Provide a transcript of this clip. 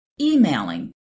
Emailing